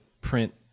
print